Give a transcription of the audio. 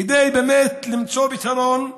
כדי באמת למצוא פתרון.